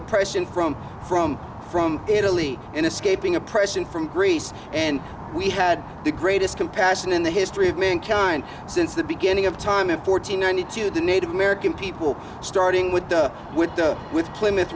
oppression from from from italy in a scaping oppression from greece and we had the greatest compassion in the history of mankind since the beginning of time in fourteen only to the native american people starting with the with the with